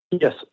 Yes